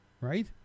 right